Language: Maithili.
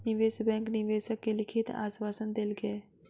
निवेश बैंक निवेशक के लिखित आश्वासन देलकै